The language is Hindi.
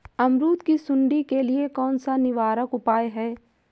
अमरूद की सुंडी के लिए कौन सा निवारक उपाय है?